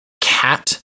Cat